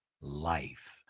life